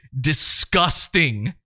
disgusting